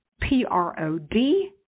P-R-O-D